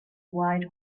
white